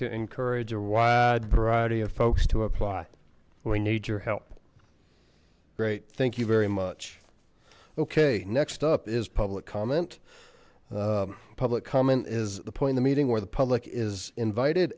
to encourage a wide variety of folks to apply we need your help great thank you very much okay next up is public comment public comment is the point in the meeting where the public is invited